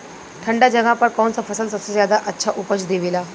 ठंढा जगह पर कौन सा फसल सबसे ज्यादा अच्छा उपज देवेला?